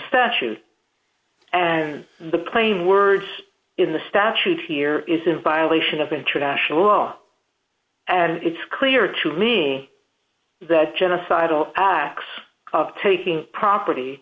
statute and the plain words in the statute here is in violation of international law and it's clear to me that genocidal acts taking property